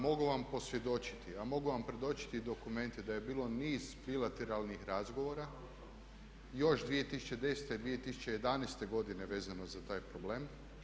Mogu vam posvjedočiti, a mogu vam predočiti i dokumente da je bilo niz bilateralnih razgovora još 2010., 2011. godine vezano za taj problem.